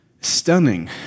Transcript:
stunning